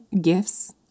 gifts